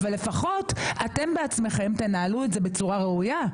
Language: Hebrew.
לפחות אתם בעצמכם תנהלו את זה בצורה ראויה.